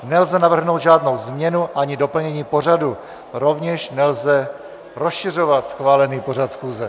Nelze navrhnout žádnou změnu ani doplnění pořadu, rovněž nelze rozšiřovat schválený pořad schůze.